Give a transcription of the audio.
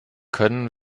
können